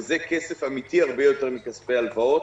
וזה כסף אמיתי הרבה יותר מכספי הלוואות.